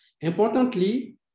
Importantly